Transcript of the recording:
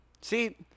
See